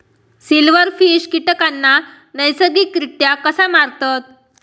Silverfish कीटकांना नैसर्गिकरित्या कसा मारतत?